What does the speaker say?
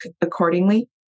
accordingly